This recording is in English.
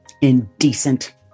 Indecent